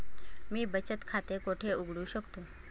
मी बचत खाते कोठे उघडू शकतो?